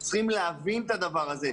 צריכים להבין את הדבר הזה.